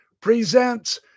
presents